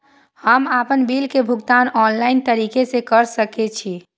हम आपन बिल के भुगतान ऑनलाइन तरीका से कर सके छी?